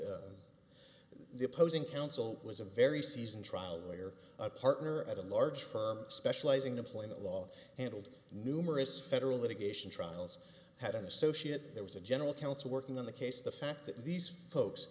to the opposing counsel was a very seasoned trial lawyer a partner at a large firm specializing employment law and told numerous federal litigation trials had an associate there was a general counsel working on the case the fact that these folks